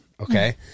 Okay